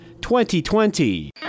2020